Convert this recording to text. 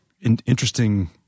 interesting